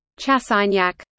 Chassignac